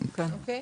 האופציה